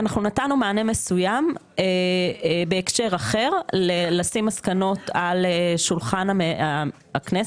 אנחנו נתנו מענה מסוים בהקשר אחר של לשים מסקנות על שולחן המליאה.